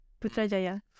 Putrajaya